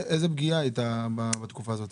איזה פגיעה הייתה בתקופה הזאת?